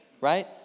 right